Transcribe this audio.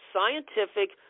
scientific